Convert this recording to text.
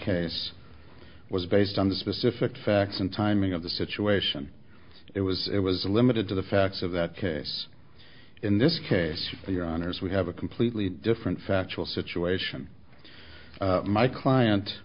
case was based on the specific facts and timing of the situation it was it was limited to the facts of that case in this case the honors we have a completely different factual situation my client